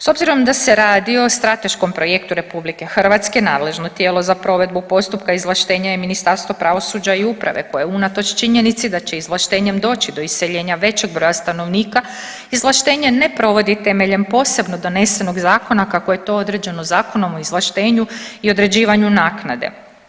S obzirom da se radi o strateškom projektu RH nadležno tijelo za provedbu postupka izvlaštenja je Ministarstvo pravosuđa i uprave koje unatoč činjenici da će izvlaštenjem doći do iseljenja većeg broja stanovnika izvlaštenje ne provodi temeljem posebno donesenog zakona kako je to određeno Zakonom o izvlaštenju i određivanju naknade.